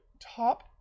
top